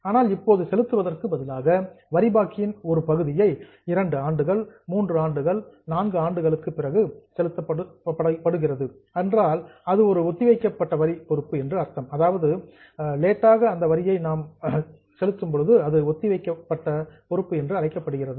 ஆனால் இப்போது செலுத்துவதற்கு பதிலாக வரி பாக்கியின் ஒரு பகுதி 2 ஆண்டுகள் மூன்று ஆண்டுகள் 4 ஆண்டுகளுக்கு பிறகு செலுத்தப்படுகிறது என்றால் அது ஒரு ஒத்திவைக்கப்பட்ட வரி பொறுப்பு என அழைக்கப்படுகிறது